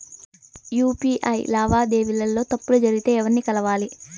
UPI లావాదేవీల లో తప్పులు జరిగితే ఎవర్ని కలవాలి?